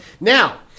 Now